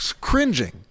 cringing